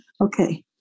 okay